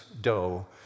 dough